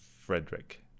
Frederick